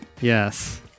Yes